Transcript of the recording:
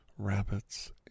rabbits